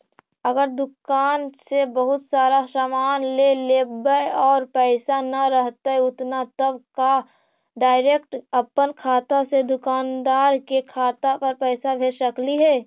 अगर दुकान से बहुत सारा सामान ले लेबै और पैसा न रहतै उतना तब का डैरेकट अपन खाता से दुकानदार के खाता पर पैसा भेज सकली हे?